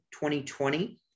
2020